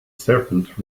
serpent